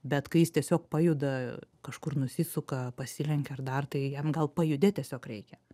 bet kai jis tiesiog pajuda kažkur nusisuka pasilenkia ir dar tai jam gal pajudėt tiesiog reikia